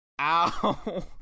ow